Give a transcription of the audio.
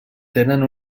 tenen